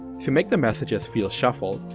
to make the messages feel shuffled,